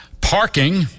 parking